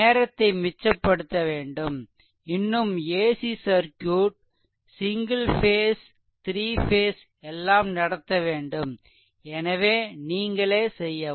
நேரத்தை மிச்சப்படுத்த வேண்டும் இன்னும் AC circuit single phase 3 phase எல்லாம் நடத்த வேண்டும் எனவே நீங்களே செய்யவும்